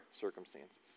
circumstances